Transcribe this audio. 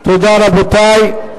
תודה, רבותי.